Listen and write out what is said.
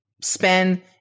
spend